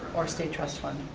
or state trust fund,